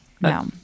No